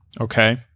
Okay